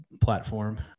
platform